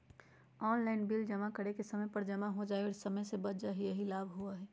Online bill जमा करे से समय पर जमा हो जतई और समय भी बच जाहई यही लाभ होहई?